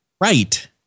Right